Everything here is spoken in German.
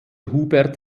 hubert